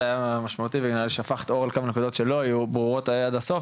זה היה משמעותי וגם שפכת אור על כמה נקודות שלא היו ברורות עד הסוף,